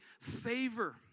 favor